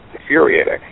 infuriating